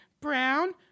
brown